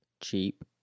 cheap